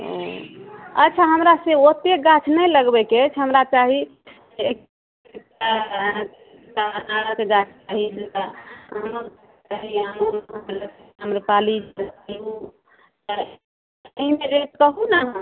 ओ अच्छा हमरा से ओतेक गाछ नहि लगबैके अइ हमरा चाही आम्रपाली रेट कहू ने अहाँ